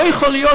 לא יכול להיות.